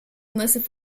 unless